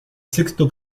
sexto